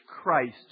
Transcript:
Christ